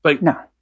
No